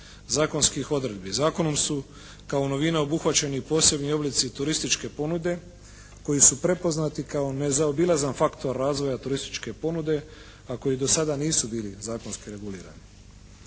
zakonskih odredbi. Zakonom su kao novina obuhvaćeni i posebni oblici turističke ponude koji su prepoznati kao nezaobilazan faktor razvoja turističke ponude a koji do sada nisu bili zakonski regulirani.